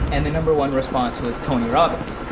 and the number one response was tony robbins,